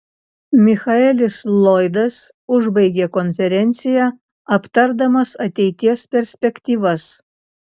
michaelis lloydas užbaigė konferenciją aptardamas ateities perspektyvas